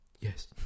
Yes